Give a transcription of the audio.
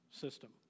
system